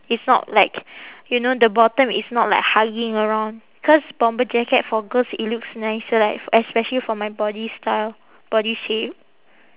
it's not like you know the bottom is not like hugging around cause bomber jacket for girls it looks nicer like especially for my body style body shape